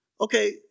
Okay